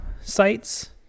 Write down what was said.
sites